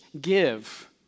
give